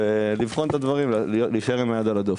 ולבחון את הדברים, להישאר עם היד על הדופק.